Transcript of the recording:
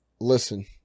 Listen